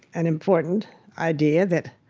and important idea that